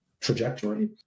trajectory